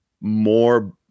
more